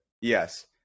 Yes